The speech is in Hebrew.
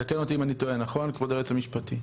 תקן אותי אם אני טועה, כבוד היועץ המשפטי.